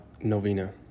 Novena